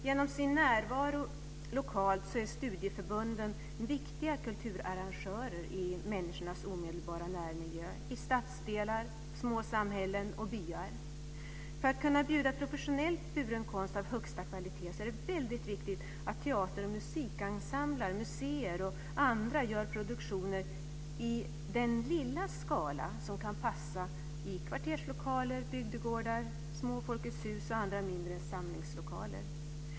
Genom sin lokala närvaro är studieförbunden viktiga kulturarrangörer i människornas omedelbara närmiljö - i stadsdelar, små samhällen och byar. För att kunna erbjuda professionell konst av högsta kvalitet är det väldigt viktigt att teater och musikensembler, museer och andra gör produktioner i den lilla skala som kan passa i kvarterslokaler, bygdegårdar, små Folkets hus och andra mindre samlingslokaler.